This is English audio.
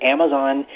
Amazon